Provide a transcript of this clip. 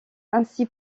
ainsi